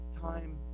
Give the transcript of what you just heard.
time